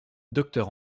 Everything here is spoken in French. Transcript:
docteur